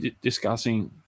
discussing